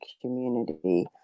community